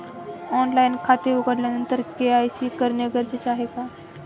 Online खाते उघडल्यानंतर KYC करणे गरजेचे आहे का?